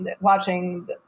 watching